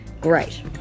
Great